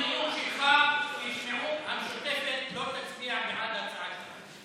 בעקבות הנאום שלך המשותפת לא תצביע בעד ההצעה שלכם.